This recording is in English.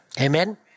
Amen